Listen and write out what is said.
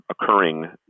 occurring